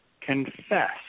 confess